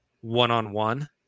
one-on-one